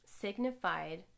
signified